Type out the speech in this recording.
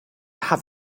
have